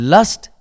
Lust